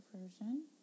Version